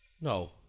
No